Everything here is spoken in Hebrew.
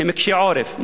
הם קשי עורף.